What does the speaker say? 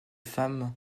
femme